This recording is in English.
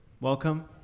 Welcome